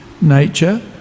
nature